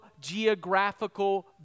geographical